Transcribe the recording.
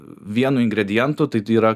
vienu ingredientu tai yra